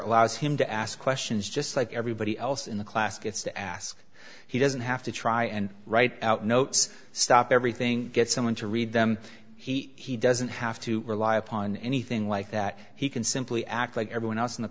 allows him to ask questions just like everybody else in the class gets to ask he doesn't have to try and write out notes stop everything get someone to read them he doesn't have to rely upon anything like that he can simply act like everyone else in the